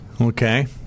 Okay